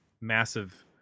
massive